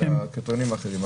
אלא קריטריונים אחרים.